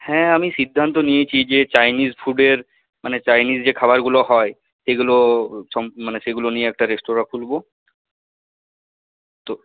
হ্যাঁ আমি সিদ্ধান্ত নিয়েছি যে চাইনিজ ফুডের মানে চাইনিজ যে খাবারগুলো হয় সেগুলো সম মানে সেগুলো নিয়ে একটা রেস্তোরাঁ খুলবো তো